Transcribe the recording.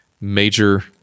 major